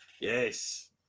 yes